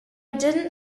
didn’t